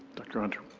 dr. hunter.